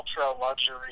ultra-luxury